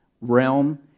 realm